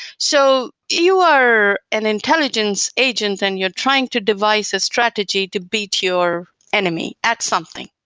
so you are an intelligence agent and you're trying to devise a strategy to beat your enemy at something,